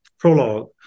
prologue